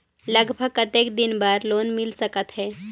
लगभग कतेक दिन बार लोन मिल सकत हे?